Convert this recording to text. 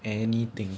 anything